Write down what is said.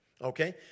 Okay